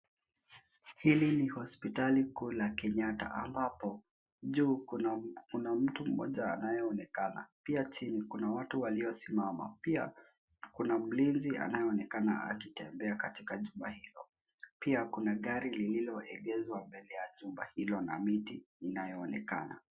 Hili ni hospitali kuu la Kenyatta, ambapo juu kuna mtu mmoja anayeonekana. Pia chini kuna watu waliosimama. Pia kuna mlinzi anayeonekana akitembea katika jumba hilo. Pia kuna gari lililoegezwa mbele ya jumba hilo, na miti inayoonekana.